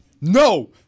No